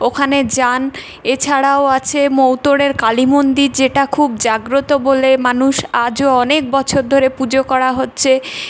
ওখানে যান এছাড়াও আছে মৌতোরের কালী মন্দির যেটা খুব জাগ্রত বলে মানুষ আজও অনেক বছর ধরে পুজো করা হচ্ছে